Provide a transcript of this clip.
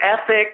ethic